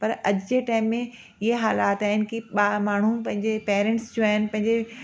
पर अॼु जे टाईम में इहे हालाति आहिनि कि ॿार माण्हू पंहिंजे पैरेंट्स जो आहिनि पंहिंजे